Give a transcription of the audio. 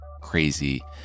crazy